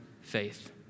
faith